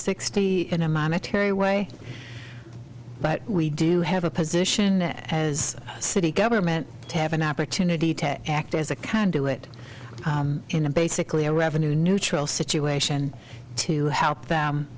sixty in a monetary way but we do have a position that as city government have an opportunity to act as a conduit in a basically a revenue neutral situation to help them